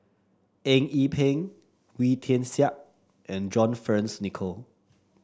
Eng Yee Peng Wee Tian Siak and John Fearns Nicoll